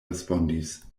respondis